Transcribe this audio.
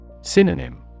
Synonym